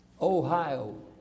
Ohio